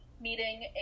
meeting